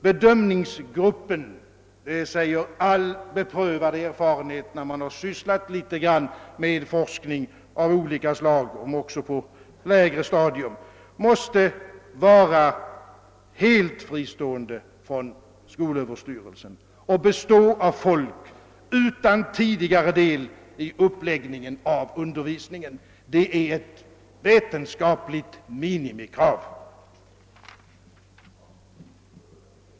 Bedömningsgruppen — det säger all beprövad erfarenhet, när man har sysslat något med forskning av olika slag, om också på lägre stadier — måste vara helt fristående från skolöverstyrelsen och bestå av människor utan tidigare del i undervisningens uppläggning. Det är ett vetenskapligt minimikrav.